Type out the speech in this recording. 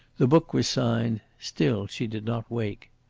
the book was signed, still she did not wake.